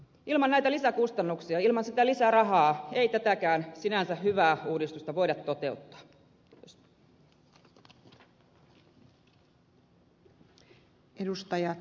ilman näitä lisäkustannuksia ilman sitä lisärahaa ei tätäkään sinänsä hyvää uudistusta voida toteuttaa